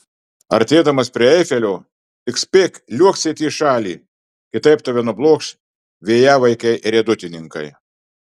artėdamas prie eifelio tik spėk liuoksėti į šalį kitaip tave nublokš vėjavaikiai riedutininkai